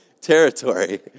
territory